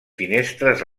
finestres